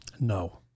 No